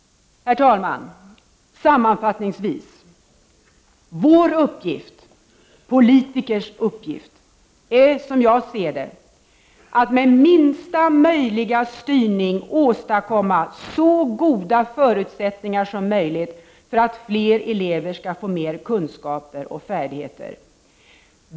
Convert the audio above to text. Herr talman! Sammanfattningsvis vill jag säga: Vår uppgift — politikers uppgift — är som jag ser det, att med minsta möjliga styrning åstadkomma så goda förutsättningar som möjligt för att fler elever skall få mer kunskaper och färdigheter.